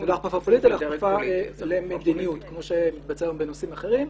זאת הכפפה למדיניות כמו שקיים בנושאים אחרים.